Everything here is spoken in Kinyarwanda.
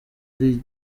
ari